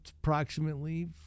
approximately